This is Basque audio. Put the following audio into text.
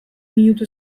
minutu